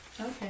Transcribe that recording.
Okay